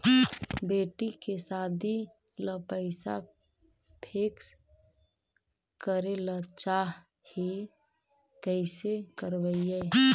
बेटि के सादी ल पैसा फिक्स करे ल चाह ही कैसे करबइ?